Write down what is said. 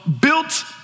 built